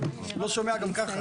הוא לא שומע גם ככה.